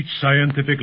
scientific